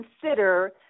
consider